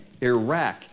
Iraq